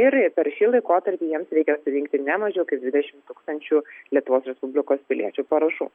ir per šį laikotarpį jiems reikia surinkti ne mažiau kaip dvidešimt tūkstančių lietuvos respublikos piliečių parašų